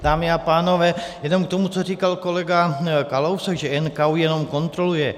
Dámy a pánové, jenom k tomu, co říkal kolega Kalousek, že NKÚ jenom kontroluje.